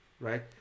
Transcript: Right